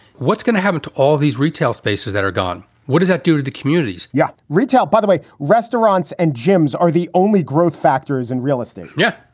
what's going to happen to all these retail spaces that are gone? what does that do to the communities? yeah, retail, by the way. rent. rants and gyms are the only growth factors in real estate. yeah,